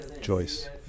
Joyce